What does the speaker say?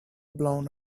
blown